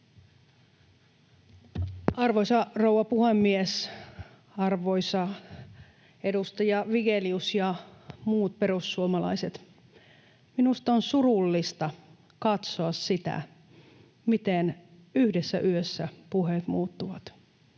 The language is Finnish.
Arvoisa rouva puhemies! Arvoisa edustaja Vigelius ja muut perussuomalaiset! Minusta on surullista katsoa sitä, miten yhdessä yössä puheet muuttuvat.